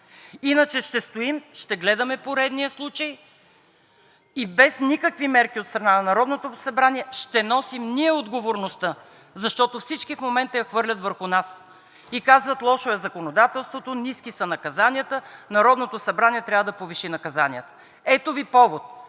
Иначе ще стоим, ще гледаме поредния случай и без никакви мерки от страна на Народното събрание ще носим ние отговорността, защото всички в момента я хвърлят върху нас и казват – лошо е законодателството, ниски са наказанията, Народното събрание трябва да повиши наказанията. Ето Ви повод.